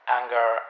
anger